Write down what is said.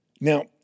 Now